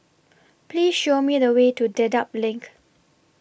Please Show Me The Way to Dedap LINK